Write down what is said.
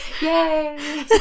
Yay